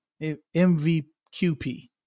MVQP